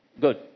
Good